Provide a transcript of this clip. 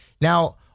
now